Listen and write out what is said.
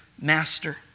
Master